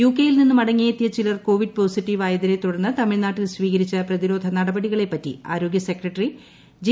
യുകെയിൽ നിന്ന് മടങ്ങിയെത്തിയ ചിലർ കോവിഡ് പോസിറ്റീവ് ആയതിനെ തുടർന്ന് തമിഴ്നാട്ടിൽ സ്വീകരിച്ച പ്രതിരോധ നടപടികളെപ്പറ്റി ആരോഗ്യ സെക്രട്ടറി ജെ